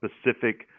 specific